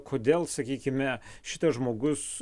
kodėl sakykime šitas žmogus